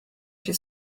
się